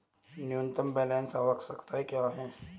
न्यूनतम बैलेंस आवश्यकताएं क्या हैं?